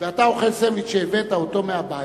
ואתה אוכל סנדוויץ' שהבאת מהבית,